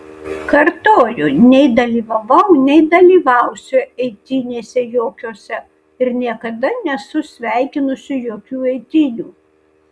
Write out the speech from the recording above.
kartoju nei dalyvavau nei dalyvausiu eitynėse jokiose ir niekada nesu sveikinusi jokių eitynių